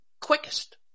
quickest